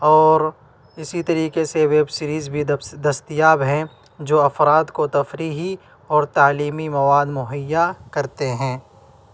اور اسی طریقے سے ویب سیریز بھی دستیاب ہیں جو افراد کو تفریحی اور تعلیمی مواد مہیا کرتے ہیں